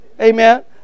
Amen